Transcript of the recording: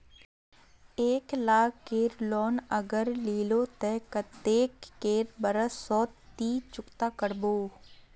एक लाख केर लोन अगर लिलो ते कतेक कै बरश सोत ती चुकता करबो?